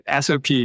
SOP